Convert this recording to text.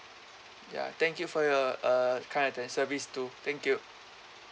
ya thank you for your uh kind atten~ service too thank you